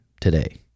today